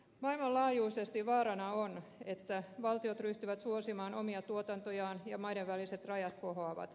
maailmanlaajuisesti vaarana on että valtiot ryhtyvät suosimaan omia tuotantojaan ja maiden väliset rajat kohoavat